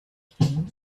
came